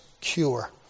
cure